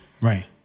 right